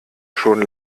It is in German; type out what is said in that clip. schon